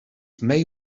may